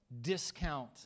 discount